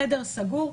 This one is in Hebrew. חדר סגור.